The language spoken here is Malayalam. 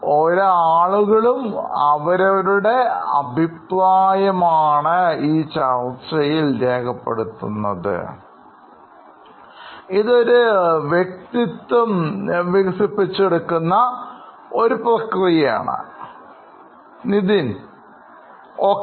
Nithin okay